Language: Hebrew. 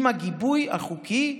עם הגיבוי החוקי.